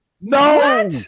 no